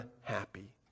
happy